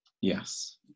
Yes